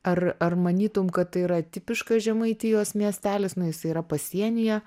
ar ar manytum kad tai yra tipiškas žemaitijos miestelis nu jisai yra pasienyje